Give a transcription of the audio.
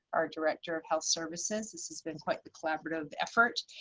our director of health services. this has been quite the collaborative effort.